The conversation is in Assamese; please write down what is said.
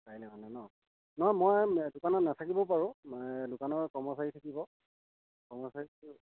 কাইলৈ মানে ন নহয় মই দোকানত নাথাকিবও পাৰোঁ মানে দোকানৰ কৰ্মচাৰী থাকিব কৰ্মচাৰী থাকিব